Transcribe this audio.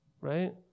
right